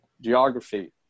Geography